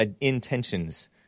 intentions